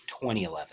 2011